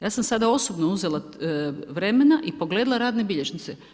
Ja sam sada osobno uzela vremena i pogledala radne bilježnice.